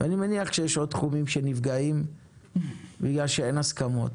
ואני מניח שיש עוד תחומים שנפגעים בגלל שאין הסכמות